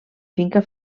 finca